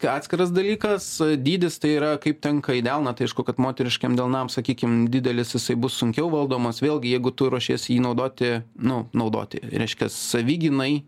atskiras dalykas dydis tai yra kaip tinka į delną tai aišku kad moteriškiem delnam sakykim didelis jisai bus sunkiau valdomas vėlgi jeigu tu ruošiesi jį naudoti nu naudoti reiškias savigynai